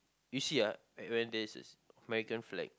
you see ah when there's there's American flag